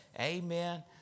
Amen